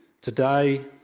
today